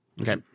Okay